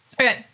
Okay